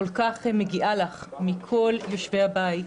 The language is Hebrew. הכול כך מגיעה לך מכל יושבי הבית,